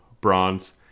bronze